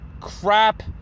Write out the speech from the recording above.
Crap